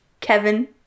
Kevin